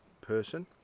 person